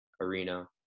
arena